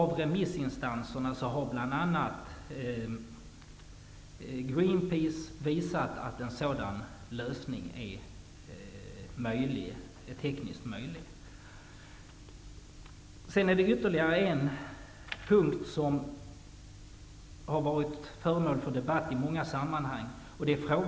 Av remissinstanserna har bl.a. Greenpeace visat att en sådan lösning är tekniskt möjlig. Frågan om export av kärnteknisk utrustning har varit föremål för debatt i många sammanhang.